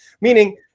meaning